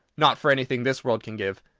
not for anything this world can give.